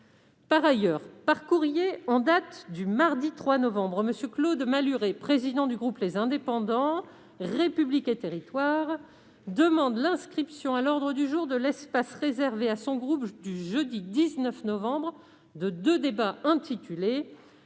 Par ailleurs, par courrier en date du mardi 3 novembre, M. Claude Malhuret, président du groupe Les Indépendants - République et territoires, demande l'inscription à l'ordre du jour de l'espace réservé à son groupe du jeudi 19 novembre de deux débats intitulés